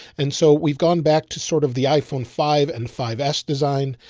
and so we've gone back to sort of the iphone five and five s design,